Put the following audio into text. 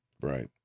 right